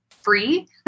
free